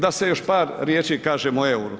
Da se još par riječi kažem o EUR-u.